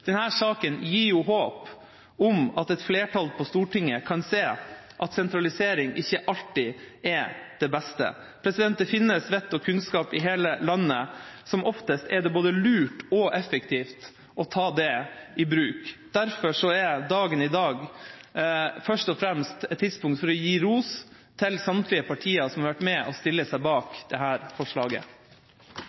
saken gir håp om at et flertall på Stortinget kan se at sentralisering ikke alltid er det beste. Det finnes vett og kunnskap i hele landet. Som oftest er det både lurt og effektivt å ta det i bruk. Derfor er dagen i dag først og fremst et tidspunkt for å gi ros til samtlige partier som har